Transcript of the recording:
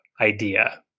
idea